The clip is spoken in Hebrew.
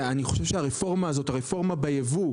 אני חושב שהרפורמה הזאת, הרפורמה בייבוא,